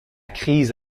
crise